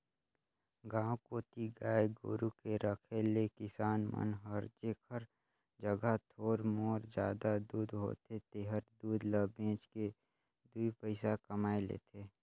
गांव कोती गाय गोरु के रखे ले किसान मन हर जेखर जघा थोर मोर जादा दूद होथे तेहर दूद ल बेच के दुइ पइसा कमाए लेथे